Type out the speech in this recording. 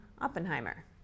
Oppenheimer